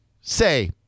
say